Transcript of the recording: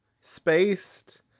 spaced